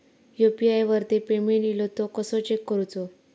UPI वरती payment इलो तो कसो चेक करुचो?